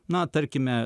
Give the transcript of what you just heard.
na tarkime